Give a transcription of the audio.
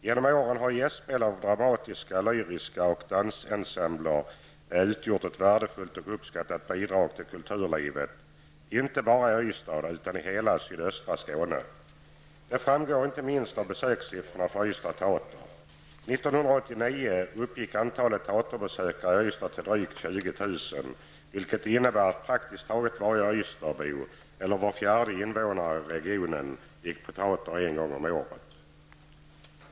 Genom åren har gästspel av dramatiska och lyriska ensembler och danstrupper utgjort ett värdefullt och uppskattat bidrag till kulturlivet inte bara i Ystad utan i hela sydöstra Skåne. Det framgår inte minst av besökssiffrorna för Ystads Teater. 1989 uppgick antalet teaterbesökare i Ystad till drygt 20 000, vilket innebär att praktiskt taget varje ystadsbo, eller var fjärde invånare i regionen, gick på teater en gång om året.